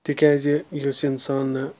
تِکیازِ یُس اِنسان نہٕ